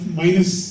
minus